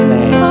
Name